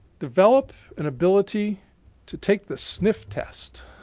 develop an ability to take the sniff test.